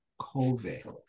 COVID